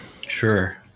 Sure